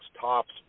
tops